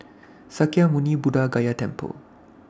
Sakya Muni Buddha Gaya Temple